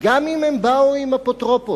גם אם הן באו עם אפוטרופוס,